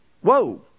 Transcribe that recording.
Whoa